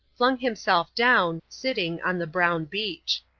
flung himself down, sitting on the brown beach.